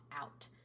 out